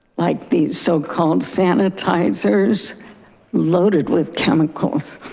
like the so called sanitizers loaded with chemicals.